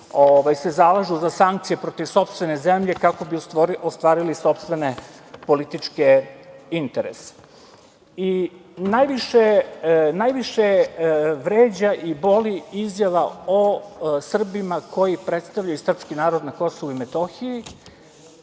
se zalažu za sankcije protiv sopstvene zemlje kako bi ostvarili sopstvene političke interese. Najviše vređa i boli izjava o Srbima koji predstavljaju srpski narod na Kosovu i Metohiji.